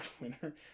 winner